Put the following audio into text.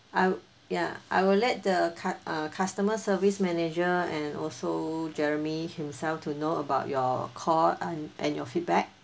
I w~ ya I will let the card err customer service manager and also jeremy himself to know about your call and and your feedback